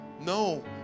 No